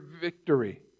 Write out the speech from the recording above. victory